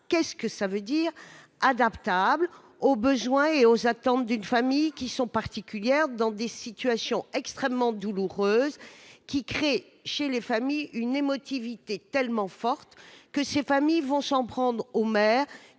qu'est-ce que ça veut dire adaptables aux besoins et aux attentes d'une famille qui sont particulières dans des situations extrêmement douloureuse qui crée chez les familles une émotivité tellement forte que ces familles vont s'en prendre aux maires